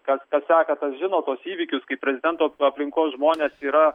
kas kas seka tas žino tuos įvykius kai prezidento aplinkos žmonės yra